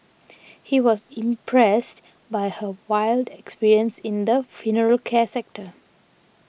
he was impressed by her wide experience in the funeral care sector